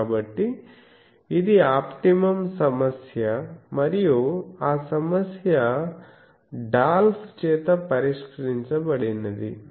కాబట్టి ఇది ఆప్టిమమ్ సమస్య మరియు ఆ సమస్య డాల్ఫ్ చేత పరిష్కరించబడింది